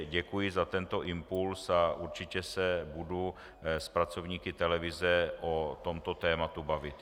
Děkuji za tento impuls a určitě se budu s pracovníky televize o tomto tématu bavit.